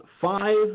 five